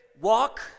walk